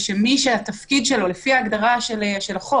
ושמי תפקידו לפי הגדרת החוק,